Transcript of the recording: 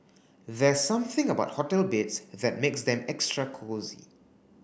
there's something about hotel beds that makes them extra cosy